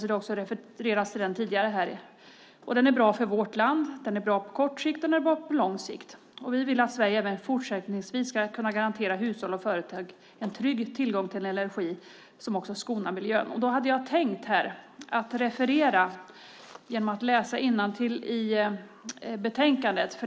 Det har också refererats till den tidigare här. Den är bra för vårt land. Den är bra på kort sikt, och den är bra på lång sikt. Vi vill att Sverige även fortsättningsvis ska kunna garantera hushåll och företag en trygg tillgång på energi som också skonar miljön. Jag hade tänkt läsa vad som står i betänkandet.